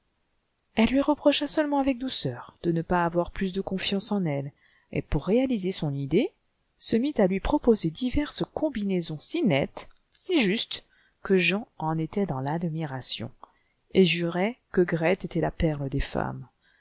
elle lui reprocha seulement avec douceur de ne pas avoir plus de conliance en elle et pour réaliser son idée se mit à lui proposer dier es combinaisons si nettes si justes que jean en était dans l'admiration et jurait que grethe était la perle des femmes